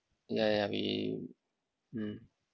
yeah yeah we mm